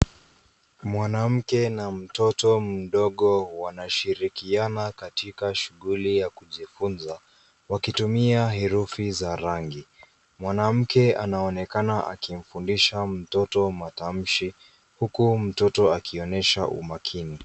Mwanamke na mtoto mdogo wakishirikiana katika shughuli ya kujifunza wakitumia herufi za rangi. Mwanamke anaonekana akimfunza mtoto matamshi huku mtoto akionyesha umakini.